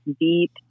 deep